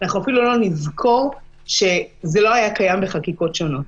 אנחנו אפילו לא נזכור שזה לא היה קיים בחקיקות שונות.